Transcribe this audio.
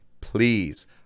Please